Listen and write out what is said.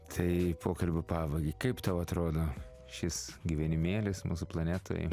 tai pokalbio pabaigai kaip tau atrodo šis gyvenimėlis mūsų planetoj